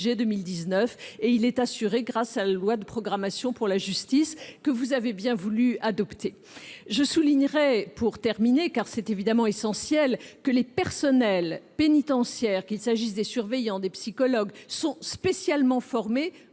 2019 et il est assuré grâce à la loi de programmation pour la justice, que vous avez bien voulu adopter, mesdames, messieurs les sénateurs. En conclusion, je souligne que les personnels pénitentiaires, qu'il s'agisse des surveillants ou des psychologues, sont spécialement formés pour